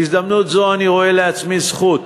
בהזדמנות זו אני רואה לעצמי זכות